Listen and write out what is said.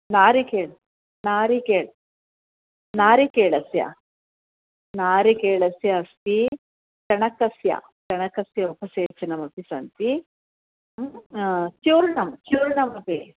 नारिकेलं नारिकेलं नारिकेलस्य नारिकेलस्य अस्ति चणकस्य चणकस्य उपसेचनमपि सन्ति चूर्णं चूर्णमपि